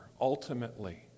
ultimately